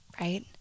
right